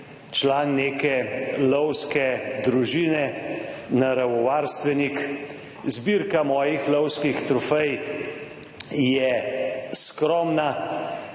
član neke lovske družine, naravovarstvenik. Zbirka mojih lovskih trofej je skromna,